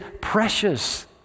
precious